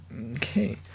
okay